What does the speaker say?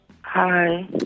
Hi